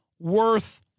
Worth